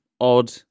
odd